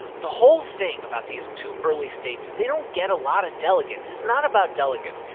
the whole thing about these two early states is they don't get a lot of delegates. it's not about delegates.